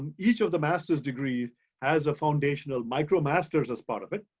each of the master's degree has a foundational micromasters as part of it.